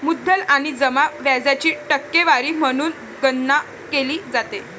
मुद्दल आणि जमा व्याजाची टक्केवारी म्हणून गणना केली जाते